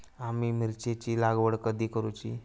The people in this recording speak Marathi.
आम्ही मिरचेंची लागवड कधी करूची?